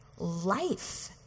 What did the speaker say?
Life